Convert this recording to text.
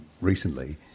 recently